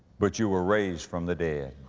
but you were raised from the dead.